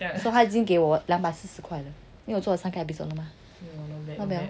yeah so 他已经给我两把四十块了因为我做了三个 episode